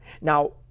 Now